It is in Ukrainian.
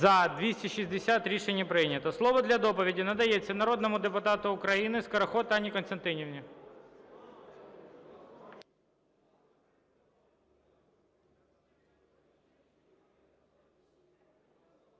За-260 Рішення прийнято. Слово для доповіді надається народному депутату України Скороход Анні Костянтинівні.